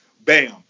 bam